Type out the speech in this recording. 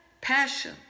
passion